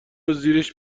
زیرش